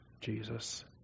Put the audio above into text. Jesus